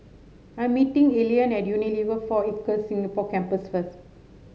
I'm meeting Allean at Unilever Four Acres Singapore Campus first